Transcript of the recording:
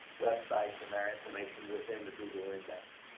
websites and their information within the google index.